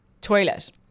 toilet